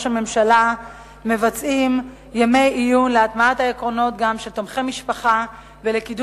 הממשלה עורכים ימי עיון להטמעת העקרונות תומכי המשפחה ולקידום